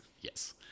Yes